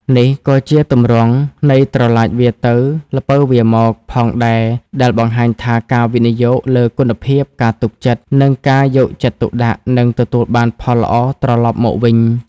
នេះក៏ជាទម្រង់នៃ "ត្រឡាចវារទៅ ល្ពៅវារមក" ផងដែរ ដែលបង្ហាញថាការវិនិយោគលើគុណភាព ការទុកចិត្ត និងការយកចិត្តទុកដាក់នឹងទទួលបានផលល្អត្រឡប់មកវិញ។